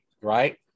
right